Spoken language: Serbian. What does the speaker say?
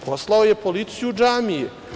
Poslao je policiju u džamije.